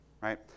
right